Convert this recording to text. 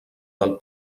del